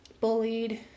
bullied